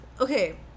okay